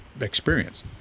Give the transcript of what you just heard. experience